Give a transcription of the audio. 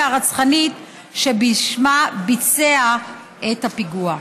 הרצחנית שבשמה ביצע את הפיגוע.